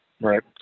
Right